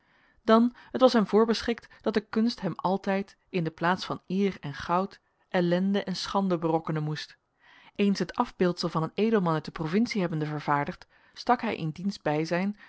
dan het was hem voorbeschikt dat de kunst hem altijd in de plaats van eer en goud ellende en schande berokkenen moest eens het afbeeldsel van een edelman uit de provincie hebbende vervaardigd stak hij in diens bijzijn